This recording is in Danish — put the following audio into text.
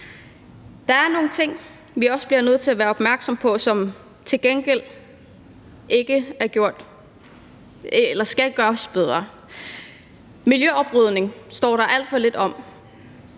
Der er nogle ting, som vi bliver nødt til at være opmærksomme på, fordi det skal gøres bedre. Miljøoprydning står der alt for lidt om